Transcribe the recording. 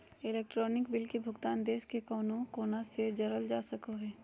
electronic bill के भुगतान देश के कउनो कोना से करल जा सको हय